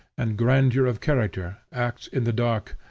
and grandeur of character acts in the dark,